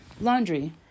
Laundry